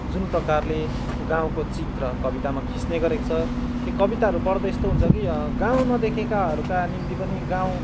जुन प्रकारले गाउँको चित्र कवितामा खिच्ने गरेको छ त्यो कविताहरू पढ्दा यस्तो हुन्छ कि गाउँ नदेखेकाहरूका निम्ति पनि गाउँ